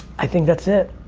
i think that's it.